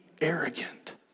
arrogant